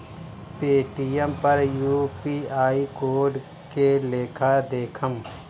Paytm पर UPI code के लेखा देखम?